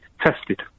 tested